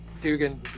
Dugan